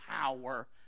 power